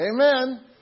Amen